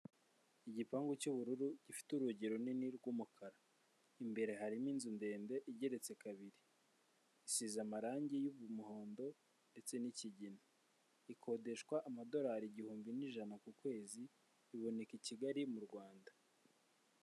Abantu bari kukazu mu inzu igurisha amayinite, abayobozi noneho bagiye nko kubikuza cyangwa kubitsa cyangwa kugura ikarita yo guha....